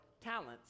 talents